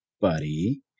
buddy